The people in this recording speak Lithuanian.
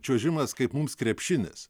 čiuožimas kaip mums krepšinis